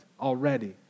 already